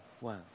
Wow